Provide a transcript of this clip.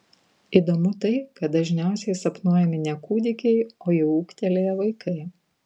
įdomu tai kad dažniausiai sapnuojami ne kūdikiai o jau ūgtelėję vaikai